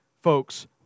folks